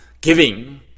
giving